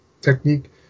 technique